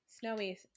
snowy